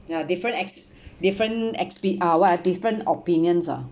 ya different exp~ different expe~ ah what ah different opinions ah